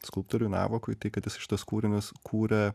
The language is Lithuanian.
skulptoriui navakui tai kad jisai šituos kūrinius kūrė